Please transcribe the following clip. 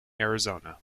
arizona